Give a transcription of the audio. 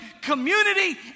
community